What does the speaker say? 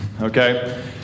okay